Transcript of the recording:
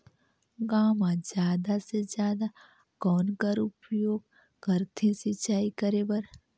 गांव म जादा से जादा कौन कर उपयोग करथे सिंचाई करे बर?